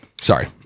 Sorry